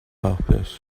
hapus